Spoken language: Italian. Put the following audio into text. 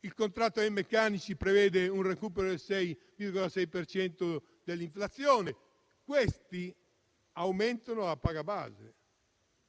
il contratto dei meccanici prevede un recupero del 6,6 per cento dell'inflazione; questi rinnovi aumentano la paga base,